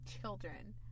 children